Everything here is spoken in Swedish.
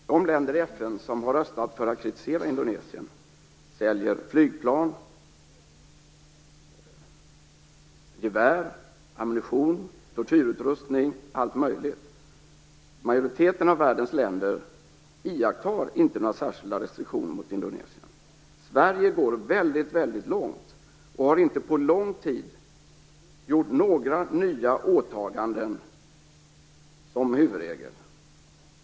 Fru talman! De länder i FN som har röstat för att kritisera Indonesien säljer flygplan, gevär, ammunition, tortyrutrustning - allt möjligt! Majoriteten av världens länder iakttar inte några särskilda restriktioner mot Indonesien. Sverige går väldigt långt och har inte på lång tid gjort några nya åtaganden, som huvudregel.